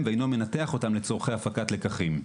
ואינו מנתח אותם לצורכי הפקת לקחים.